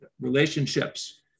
relationships